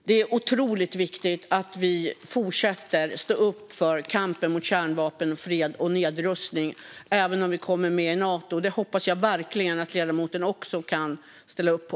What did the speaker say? Det är otroligt viktigt att vi fortsätter att stå upp för kampen mot kärnvapen och för fred och nedrustning även om vi kommer med i Nato. Det hoppas jag verkligen att ledamoten också kan ställa upp på.